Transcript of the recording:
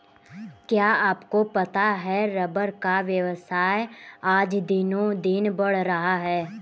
क्या आपको पता है रबर का व्यवसाय आज दिनोंदिन बढ़ रहा है?